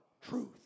truth